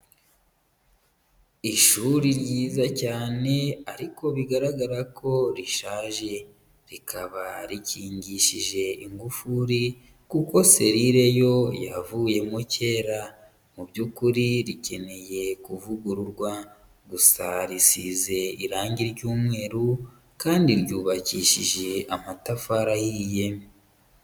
Ishuri ryiza cyane ariko bigaragara ko rishaje, rikaba rikigishije ingufuri kuko selire yo yavuyemo kera, mu by'ukuri rikeneye kuvugururwa, gusa risize irangi ry'umweru kandi ryubakishije amatafari ahiye.